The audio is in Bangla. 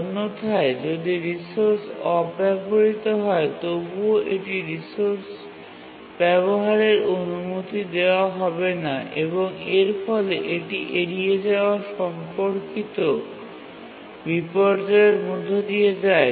অন্যথায় যদি রিসোর্স অব্যবহৃত হয় তবুও এটি রিসোর্স ব্যাবহারের অনুমতি দেওয়া হবে না এবং এর ফলে এটি এড়িয়ে যাওয়া সম্পর্কিত বিপর্যয়ের মধ্য দিয়ে যায়